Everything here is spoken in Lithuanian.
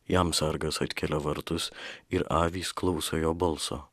jam sargas atkelia vartus ir avys klauso jo balso